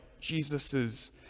Jesus's